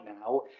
now